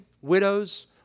widows